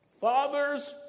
fathers